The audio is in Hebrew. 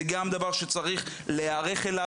זה גם דבר שצריך להיערך אליו,